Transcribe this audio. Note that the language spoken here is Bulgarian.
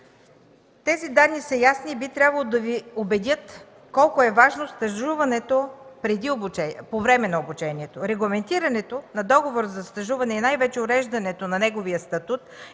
Тези данни са ясни и би трябвало да Ви убедят колко е важно стажуването по време на обучението. Регламентирането на договор за стажуване и най-вече уреждането на неговия статут